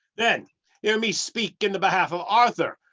then hear me speak in the behalf of arthur,